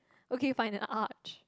okay fine an arch